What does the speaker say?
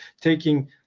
taking